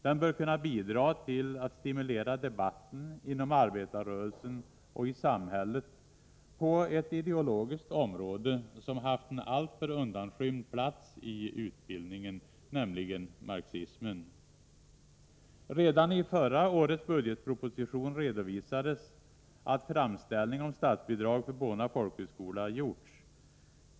Den bör kunna bidra till att stimulera debatten inom arbetarrörelsen och i samhället på ett ideologiskt område som haft en alltför undanskymd plats i utbildningen, nämligen marxismen. Redan i förra årets budgetproposition redovisades att framställning om statsbidrag för Bona folkhögskola hade gjorts.